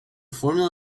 formula